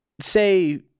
say